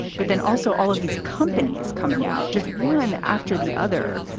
but then also all of these companies coming out, just one after the other,